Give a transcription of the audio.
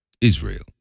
Israel